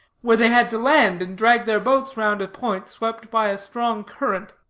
where they had to land and drag their boats round a point swept by a strong current.